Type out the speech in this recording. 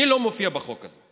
מי לא מופיע בחוק הזה?